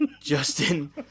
Justin